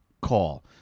call